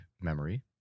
memory